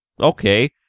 okay